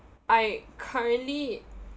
I currently